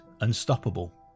unstoppable